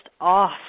off